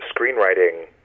screenwriting